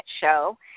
show